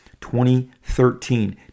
2013